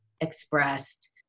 expressed